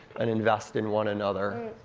and invest in one another.